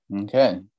Okay